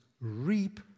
reap